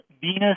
Venus